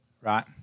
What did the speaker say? Right